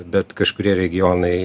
bet kažkurie regionai